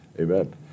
Amen